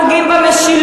כאשר אתם פוגעים במשילות,